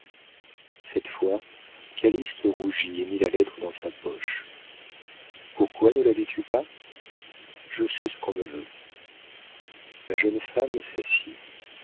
cette fois calyste rougit et mit la lettre dans sa poche pourquoi ne la lis tu pas je sais ce qu'on me veut la jeune femme s'assit